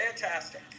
fantastic